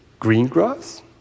Greengrass